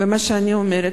ומה שאני אומרת,